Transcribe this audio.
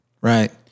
Right